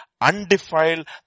undefiled